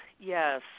Yes